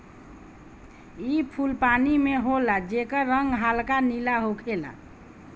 इ फूल पानी में होला जेकर रंग हल्का नीला होखेला